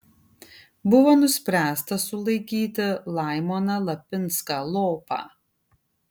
buvo nuspręsta sulaikyti laimoną lapinską lopą